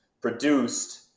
produced